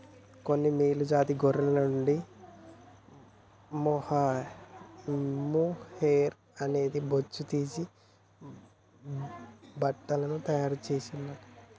కొన్ని మేలు జాతి గొర్రెల నుండి మొహైయిర్ అనే బొచ్చును తీసి బట్టలను తాయారు చెస్తాండ్లు